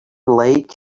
like